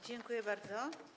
Dziękuję bardzo.